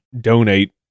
donate